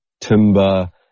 timber